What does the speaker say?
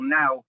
now